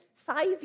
Five